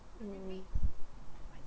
mm